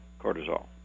cortisol